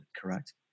correct